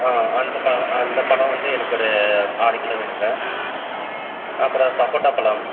ஆ அந்த பழம் அந்தப்பழம் வந்து எனக்கு ஒரு ஆறு கிலோ வேணுங்க அப்புறம் சப்போட்டா பழம்